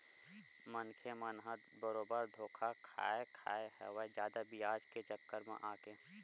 मनखे मन ह बरोबर धोखा खाय खाय हवय जादा बियाज के चक्कर म आके